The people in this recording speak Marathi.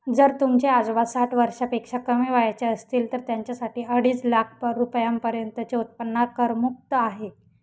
जर तुमचे आजोबा साठ वर्षापेक्षा कमी वयाचे असतील तर त्यांच्यासाठी अडीच लाख रुपयांपर्यंतचे उत्पन्न करमुक्त आहे